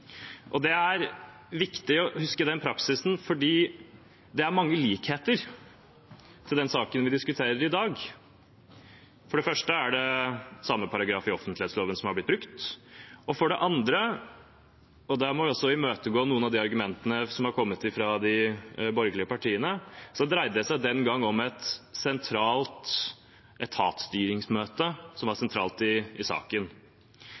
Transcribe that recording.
Det er viktig å huske den praksisen, for det er mange likheter med den saken vi diskuterer i dag. For det første er det samme paragraf i offentlighetsloven som har blitt brukt. For det andre – der må vi også imøtegå noen av de argumentene som er kommet fra de borgerlige partiene – dreide det seg også den gangen om et etatsstyringsmøte som var sentralt i saken.